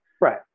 right